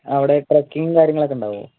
അവിടെ ട്രക്കിങ്ങും കാര്യങ്ങളൊക്കെ ഉണ്ടാകുമോ